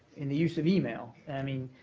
in the use of email i mean